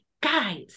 guys